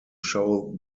show